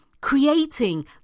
creating